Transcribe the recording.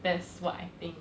that's what I think